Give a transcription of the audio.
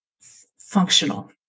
functional